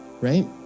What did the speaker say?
right